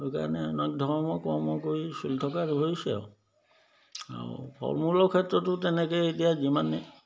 সেইকাৰণে অনেক ধৰ্ম কৰ্ম কৰি চলি থকা হৈছে আৰু আৰু ফলমূলৰ ক্ষেত্ৰতো তেনেকৈ এতিয়া যিমানেই